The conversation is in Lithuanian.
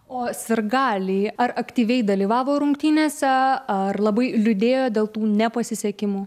o sirgaliai ar aktyviai dalyvavo rungtynėse ar labai liūdėjo dėl tų nepasisekimų